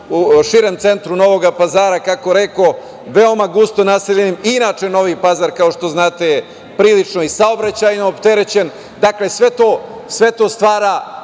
u širem centru Novog Pazara, kako rekoh veoma gusto naseljenim, inače Novi Pazar, kao što znate je prilično i saobraćajno opterećen, dakle, sve to stvara